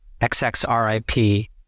XXRIP